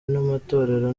n’amatorero